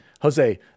Jose